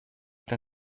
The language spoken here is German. den